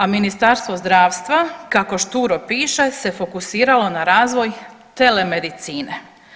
A Ministarstvo zdravstva kako šturo piše se fokusiralo na razvoj telemedicine.